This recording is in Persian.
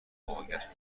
واقعیت